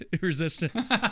resistance